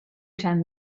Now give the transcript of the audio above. time